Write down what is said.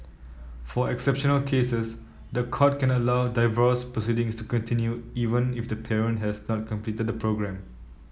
for exceptional cases the court can not allow divorce proceedings to continue even if the parent has not completed the programme